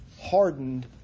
hardened